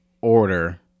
order